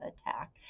attack